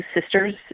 sisters